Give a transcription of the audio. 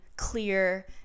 clear